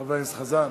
חבר הכנסת חזן.